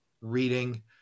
reading